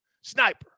Sniper